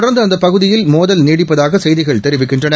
தொடர்ந்து அந்த பகுதியில் மோதல் நீடிப்பதாக செய்திகள் தெரிவிக்கின்றன